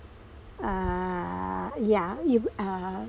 err ya even her